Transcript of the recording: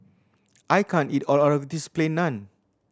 I can't eat all of this Plain Naan